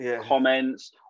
comments